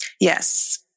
Yes